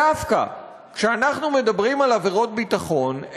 דווקא כשאנחנו מדברים על עבירות ביטחון,